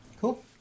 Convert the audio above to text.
Cool